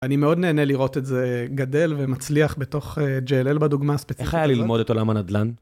אני מאוד נהנה לראות את זה גדל ומצליח בתוך GLL בדוגמה הספציפית. איך היה ללמוד את עולם הנדלן?